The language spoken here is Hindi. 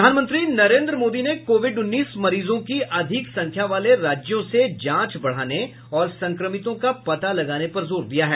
प्रधानमंत्री नरेन्द्र मोदी ने कोविड उन्नीस मरीजों की अधिक संख्या वाले राज्यों से जांच बढ़ाने और संक्रमितों का पता लगाने पर जोर दिया है